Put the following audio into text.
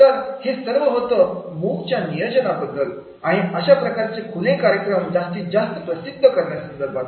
तर हे सर्व होतं मूक च्या नियोजनाबद्दल आणि अशा प्रकारचे खुले कार्यक्रम जास्तीत जास्त प्रसिद्ध करण्यासंदर्भात